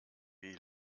wie